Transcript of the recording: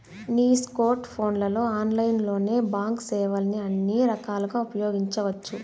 నీ స్కోర్ట్ ఫోన్లలో ఆన్లైన్లోనే బాంక్ సేవల్ని అన్ని రకాలుగా ఉపయోగించవచ్చు